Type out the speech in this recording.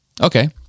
Okay